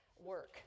work